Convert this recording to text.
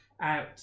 out